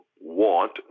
want